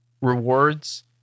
rewards